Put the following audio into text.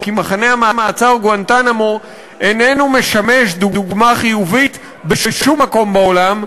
כי מחנה המעצר גואנטנמו איננו משמש דוגמה חיובית בשום מקום בעולם,